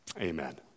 Amen